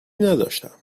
نداشتم